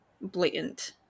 blatant